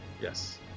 Yes